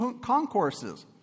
concourses